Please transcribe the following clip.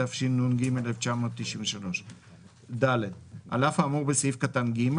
התשנ"ג 1993. על אף האמור בסעיף קטן (ג),